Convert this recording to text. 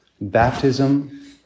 baptism